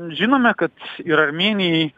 žinome kad ir armėnijai